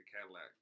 Cadillac